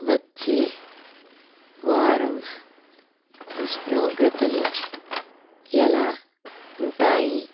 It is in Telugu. వచ్చే వారం ఉష్ణోగ్రతలు ఎలా ఉంటాయి